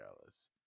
jealous